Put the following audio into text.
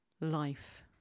life